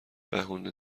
بهونه